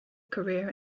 career